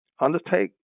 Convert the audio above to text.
undertake